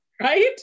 Right